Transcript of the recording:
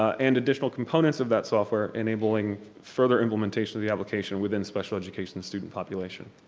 and additional components of that software enabling further implementation of the application within special education student population.